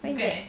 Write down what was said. what is that